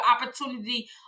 opportunity